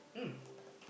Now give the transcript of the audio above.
mm